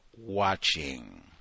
watching